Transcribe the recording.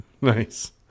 Nice